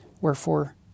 Wherefore